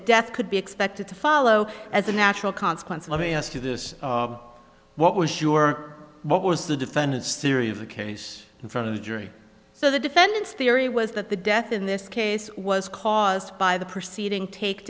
death could be expected to follow as a natural consequence let me ask you this what was sure what was the defendant's theory of the case in front of the jury so the defendant's theory was that the death in this case was caused by the proceeding take